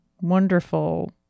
wonderful